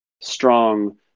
strong